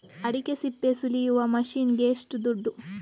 ಅಡಿಕೆ ಸಿಪ್ಪೆ ಸುಲಿಯುವ ಮಷೀನ್ ಗೆ ಏಷ್ಟು ದುಡ್ಡು?